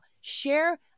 Share